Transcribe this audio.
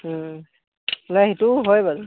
নাই সেইটো হয় বাৰু